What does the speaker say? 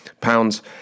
pounds